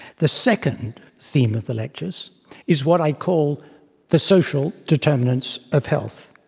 the second theme of the lectures is what i call the social determinants of health